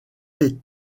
les